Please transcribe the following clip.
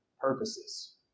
purposes